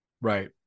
right